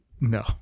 No